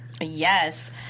Yes